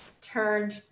turned